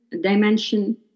dimension